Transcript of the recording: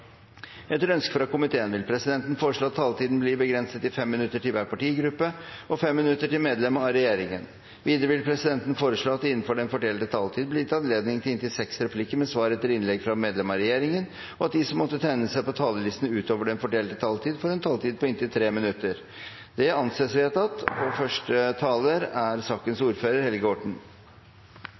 Etter ønske fra transport- og kommunikasjonskomiteen vil presidenten foreslå at taletiden blir begrenset til 5 minutter til hver partigruppe og 5 minutter til medlem av regjeringen. Videre vil presidenten foreslå at det gis anledning til replikkordskifte på inntil seks replikker med svar etter innlegg fra medlem av regjeringen innenfor den fordelte taletid, og at de som måtte tegne seg på talerlisten utover den fordelte taletid, får en taletid på inntil 3 minutter. – Det anses vedtatt. La meg først og